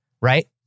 right